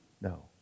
No